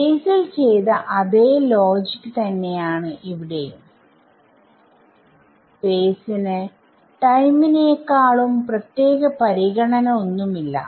സ്പേസിൽ ചെയ്ത അതേ ലോജിക് തന്നെയാണ് ഇവിടെയുംസ്പേസിന് ടൈമിനേക്കാളും പ്രത്യേക പരിഗണന ഒന്നുമില്ല